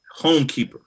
Homekeeper